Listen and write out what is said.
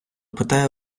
питає